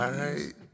right